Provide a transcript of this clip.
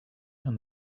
and